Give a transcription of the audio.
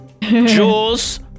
Jaws